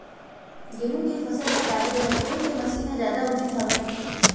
गेहूं के फसल ल काटे बर कोन से मशीन ह जादा उचित हवय?